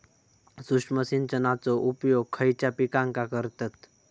सूक्ष्म सिंचनाचो उपयोग खयच्या पिकांका करतत?